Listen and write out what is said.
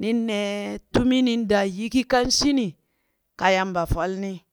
nin nee tumi nin daa yiki kan shini ka Yamba folni.